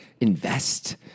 invest